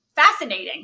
fascinating